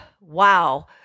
Wow